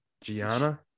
Gianna